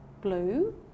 Blue